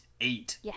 Eight